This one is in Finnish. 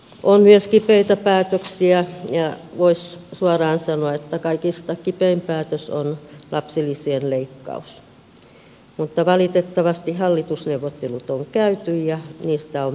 on myös kipeitä päätöksiä ja voisi suoraan sanoa että kaikista kipein päätös on lapsilisien leikkaus mutta valitettavasti hallitusneuvottelut on käyty ja niistä on päätetty